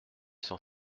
cent